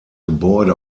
gebäude